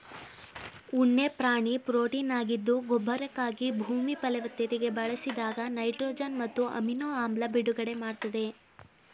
ಉಣ್ಣೆ ಪ್ರಾಣಿ ಪ್ರೊಟೀನಾಗಿದ್ದು ಗೊಬ್ಬರಕ್ಕಾಗಿ ಭೂಮಿ ಫಲವತ್ತತೆಗೆ ಬಳಸಿದಾಗ ನೈಟ್ರೊಜನ್ ಮತ್ತು ಅಮಿನೊ ಆಮ್ಲ ಬಿಡುಗಡೆ ಮಾಡ್ತದೆ